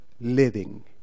living